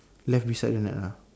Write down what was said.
left beside the net ah